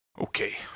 okay